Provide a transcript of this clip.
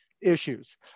issues